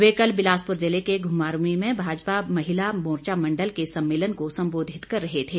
वे कल बिलासपुर जिले के घुमारवीं में भाजपा महिला मोर्चा मंडल के सम्मेलन को संबोधित कर रहे थे